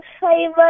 favorite